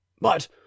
But